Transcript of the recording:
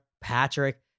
Patrick